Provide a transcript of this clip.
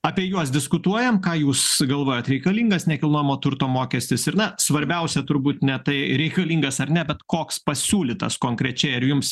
apie juos diskutuojam ką jūs galvojat reikalingas nekilnojamo turto mokestis ir na svarbiausia turbūt ne tai reikalingas ar ne bet koks pasiūlytas konkrečiai ar jums